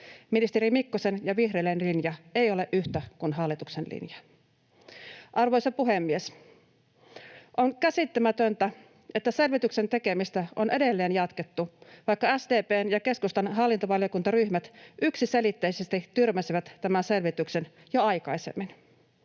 Ministeri Mikkosen ja vihreiden linja ei ole yhtä kuin hallituksen linja. Arvoisa puhemies! On käsittämätöntä, että selvityksen tekemistä on edelleen jatkettu, vaikka SDP:n ja keskustan hallintovaliokuntaryhmät yksiselitteisesti tyrmäsivät tämän selvityksen jo aikaisemmin.